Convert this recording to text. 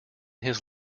his